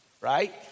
right